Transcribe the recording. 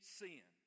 sin